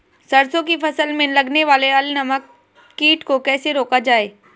सरसों की फसल में लगने वाले अल नामक कीट को कैसे रोका जाए?